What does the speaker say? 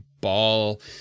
ball